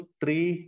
three